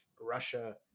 Russia